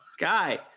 guy